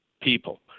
people